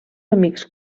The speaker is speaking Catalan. amics